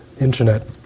Internet